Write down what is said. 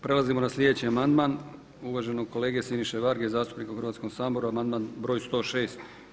Prelazimo na slijedeći amandman uvaženog kolega Siniše Varge zastupnika u Hrvatskom saboru, amandman broj 106.